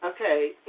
Okay